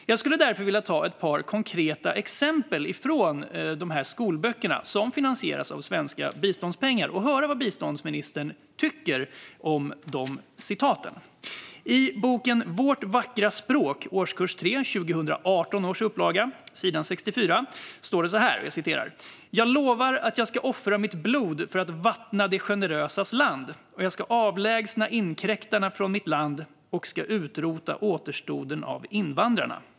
Jag skulle därför vilja ta ett par konkreta exempel från dessa skolböcker, som finansieras av svenska biståndspengar, och höra vad biståndsministern tycker om dem. I boken Vårt vackra språk, årskurs 3, 2018 års upplaga, s. 64 står det: Jag lovar att jag ska offra mitt blod för att vattna de generösas land. Och ska avlägsna inkräktaren från mitt land. Och ska utrota återstoden av invandrarna.